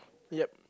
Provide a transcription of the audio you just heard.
yep